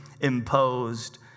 imposed